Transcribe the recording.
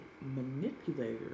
manipulator